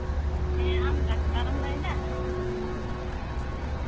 ᱦᱮᱸ ᱟᱢ ᱰᱟᱠᱛᱟᱨᱮᱢ ᱞᱟᱹᱭᱮᱫᱟ